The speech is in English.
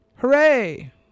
Hooray